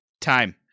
Time